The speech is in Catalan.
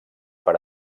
per